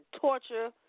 torture